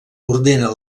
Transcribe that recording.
ordena